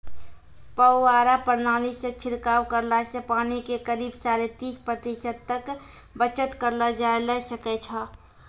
फव्वारा प्रणाली सॅ छिड़काव करला सॅ पानी के करीब साढ़े तीस प्रतिशत तक बचत करलो जाय ल सकै छो